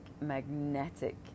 magnetic